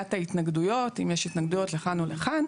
שמיעת התנגדויות אם יש לכאן או לכאן.